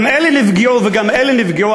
גם אלה נפגעו וגם אלה נפגעו,